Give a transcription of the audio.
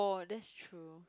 oh that's true